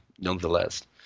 nonetheless